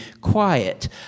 quiet